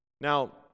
Now